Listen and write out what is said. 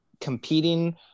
competing